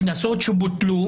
קנסות שבוטלו,